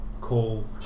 call